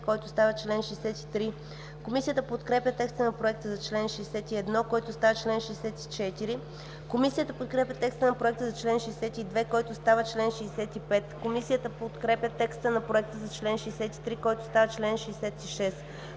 който става чл. 63. Комисията подкрепя текста на Проекта за чл. 61, който става чл. 64. Комисията подкрепя текста на Проекта за чл. 62, който става чл. 65. Комисията подкрепя текста на Проекта за чл. 63, който става чл. 66.